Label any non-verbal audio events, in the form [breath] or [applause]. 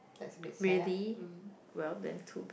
that's a bit sad [breath]